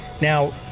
Now